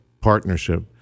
Partnership